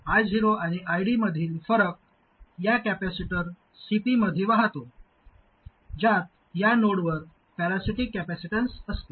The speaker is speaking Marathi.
I0 आणि ID मधील फरक या कॅपेसिटर Cp मध्ये वाहतो ज्यात या नोडवर पॅरासिटिक कॅपेसिटेन्स असते